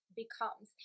becomes